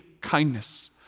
kindness